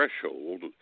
threshold